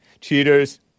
Cheaters